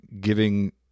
giving